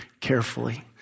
carefully